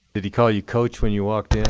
did he call you coach when you walked in?